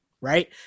right